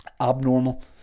abnormal